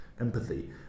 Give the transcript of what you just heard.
empathy